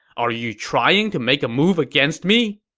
are you trying to make a move against me!